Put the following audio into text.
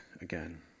again